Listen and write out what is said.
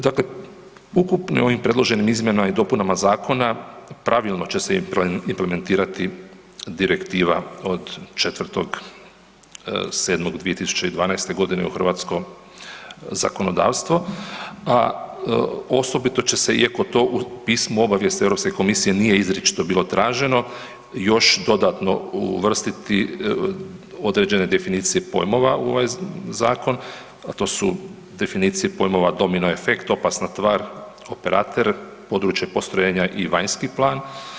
Dakle, ukupno ovim predloženim izmjenama i dopunama zakona, pravilno će se implementirati direktiva od 4. 7. 2012. u hrvatsko zakonodavstvo a osobito će se iako to u pismu obavijesti Europske komisije nije izričito bilo traženo, još dodatno uvrstiti određene definicije pojmova u ovaj zakon a to su definicije pojmova domino-efekt, opasna tvar, operater, područje postrojenja i vanjski plan.